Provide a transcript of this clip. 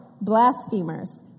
blasphemers